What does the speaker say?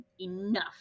enough